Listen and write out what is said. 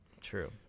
True